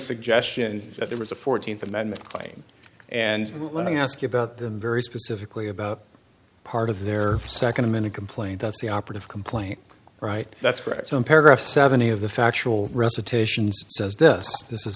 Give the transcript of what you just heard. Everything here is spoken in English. suggestion that there was a fourteenth amendment thing and let me ask you about the very specifically about part of their second i'm in a complaint that's the operative complaint right that's correct so paragraph seventy of the factual recitations says this this is